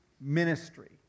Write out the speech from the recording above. ministry